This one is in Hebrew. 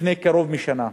לפני קרוב לשנה,